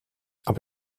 aber